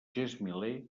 gesmiler